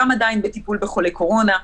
גם עדיין בטיפול בחולי קורונה,